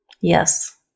Yes